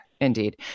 indeed